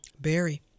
Barry